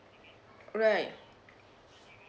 right